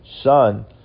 son